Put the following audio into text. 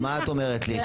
אז מה את אומרת לי?